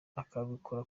ukabikora